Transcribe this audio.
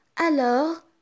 Alors